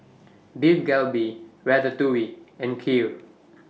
Beef Galbi Ratatouille and Kheer